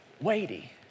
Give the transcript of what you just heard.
weighty